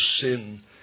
sin